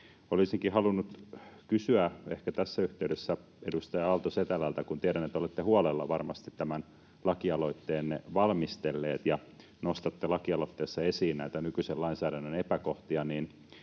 Olisinkin halunnut kysyä ehkä tässä yhteydessä edustaja Aalto-Setälältä, kun tiedän, että olette huolella varmasti tämän lakialoitteenne valmistellut ja nostatte lakialoitteessa esiin näitä nykyisen lainsäädännön epäkohtia,